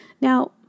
Now